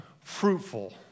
fruitful